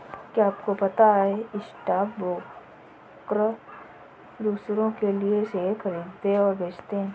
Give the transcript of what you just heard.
क्या आपको पता है स्टॉक ब्रोकर दुसरो के लिए शेयर खरीदते और बेचते है?